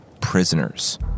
prisoners